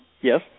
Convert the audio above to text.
Yes